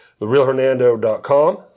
therealhernando.com